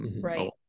Right